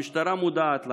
המשטרה מודעת לעניין.